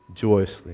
joyously